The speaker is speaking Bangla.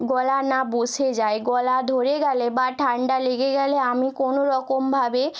গলা না বসে যায় গলা ধরে গেলে বা ঠান্ডা লেগে গেলে আমি কোনো রকমভাবে